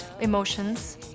emotions